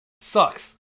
sucks